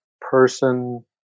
person